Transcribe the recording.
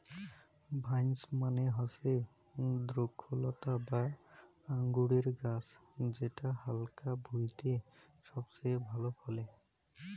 vines মানে হসে দ্রক্ষলতা বা আঙুরের গাছ যেটা হালকা ভুঁইতে সবচেয়ে ভালা ফলে